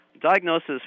Diagnosis